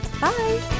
Bye